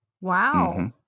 Wow